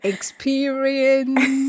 Experience